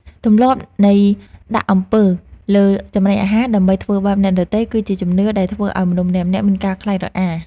ទម្លាប់នៃដាក់អំពើលើចំណីអាហារ ដើម្បីធ្វើបាបអ្នកដទៃគឺជាជំនឿដែលធ្វើឱ្យមនុស្សម្នាក់ៗមានការខ្លាចរអា។